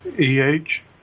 E-H